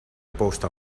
posta